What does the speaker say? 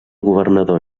governador